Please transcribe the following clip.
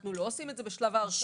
אנחנו לא עושים את זה בשלב ההרשעה.